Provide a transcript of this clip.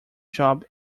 job